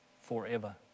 forever